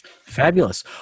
Fabulous